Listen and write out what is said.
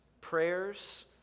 prayers